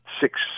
Six